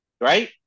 Right